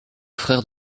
frère